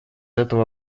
этого